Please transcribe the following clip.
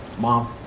Mom